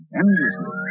endlessly